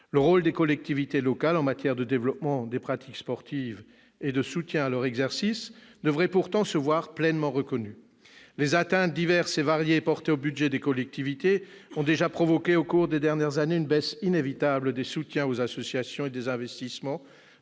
Le rôle des collectivités locales en matière de développement des pratiques sportives et de soutien à leur exercice devrait pourtant se voir pleinement reconnu. Les atteintes diverses et variées portées au budget des collectivités ont déjà provoqué au cours des dernières années une baisse inévitable des soutiens aux associations et des investissements